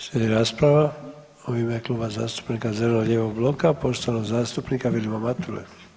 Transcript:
Slijedi rasprava u ime Kluba zastupnika zeleno-lijevog bloka, poštovanog zastupnika Vilima Matule.